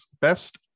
best